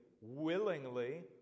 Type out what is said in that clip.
willingly